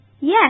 yes